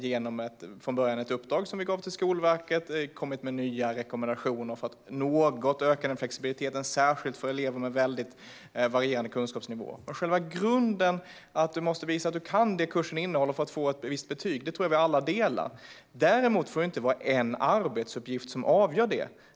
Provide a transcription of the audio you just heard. Genom ett uppdrag som vi gav till Skolverket har de också kommit med nya rekommendationer för att något öka den flexibiliteten, särskilt för elever med väldigt varierande kunskapsnivåer. Men själva grunden, att du måste visa att du kan det som kursen innehåller för att få ett visst betyg, tror jag att vi alla delar. Däremot får det inte vara en enda arbetsuppgift som avgör det.